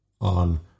on